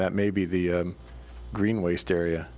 that maybe the green waste area